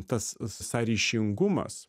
tas sąryšingumas